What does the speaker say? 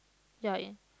ya in